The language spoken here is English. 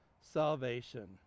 salvation